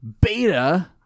Beta